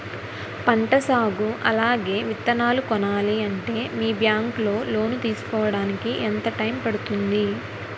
పంట సాగు అలాగే విత్తనాలు కొనాలి అంటే మీ బ్యాంక్ లో లోన్ తీసుకోడానికి ఎంత టైం పడుతుంది?